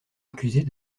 accusée